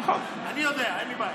אין לי בעיה.